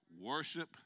worship